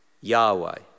Yahweh